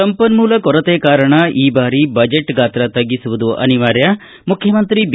ಸಂಪನ್ಮೂಲ ಕೊರತೆ ಕಾರಣ ಈ ಬಾರಿ ಬಜೆಟ್ ಗಾತ್ರ ತಗ್ಗಿಸುವುದು ಅನಿವಾರ್ಯ ಮುಖ್ಯಮಂತ್ರಿ ಬಿ